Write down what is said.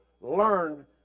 learn